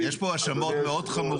אדוני, יש פה האשמות מאוד חמורות.